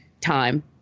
time